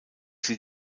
sie